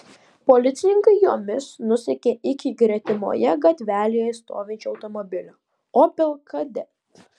policininkai jomis nusekė iki gretimoje gatvelėje stovinčio automobilio opel kadett